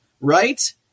right